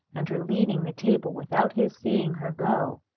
and her leaving the table without his seeing her go.